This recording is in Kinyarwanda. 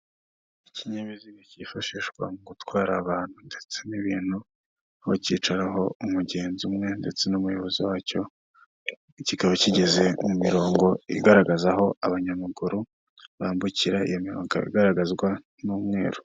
Ikinyabiziga kifashishwa mu gutwara abantu ndetse n'ibintu bakiyicaraho umugenzizo umwe ndetse n'umuyobozi wacyo, kikaba kigeze murongo igaragaza aho abanyamaguru bambukira, iyo mirongo igaragazwa n'umweru.